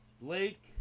Blake